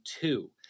two